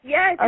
Yes